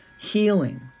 healing